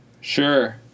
Sure